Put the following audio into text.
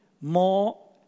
more